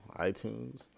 iTunes